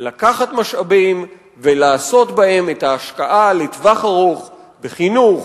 לקחת משאבים ולעשות בהם את ההשקעה לטווח ארוך בחינוך,